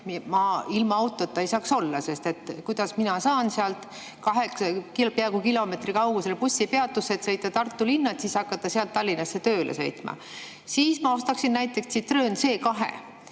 ma ilma autota ei saaks olla, sest kuidas ma saan sealt peaaegu kilomeetri kaugusele bussipeatusse, et sõita Tartu linna, et siis hakata sealt Tallinnasse tööle sõitma –, siis ma ostaksin näiteks Citroën C2.